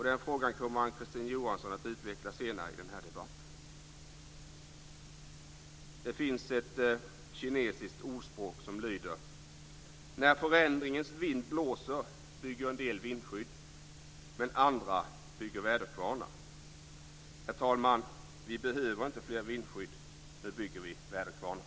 Den frågan kommer Ann-Kristine Johansson att utveckla senare i debatten. Det finns ett kinesiskt ordspråk som lyder: När förändringens vind blåser bygger en del vindskydd, men andra bygger väderkvarnar. Herr talman! Vi behöver inte fler vindskydd. Nu bygger vi väderkvarnar.